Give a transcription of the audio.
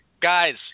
guys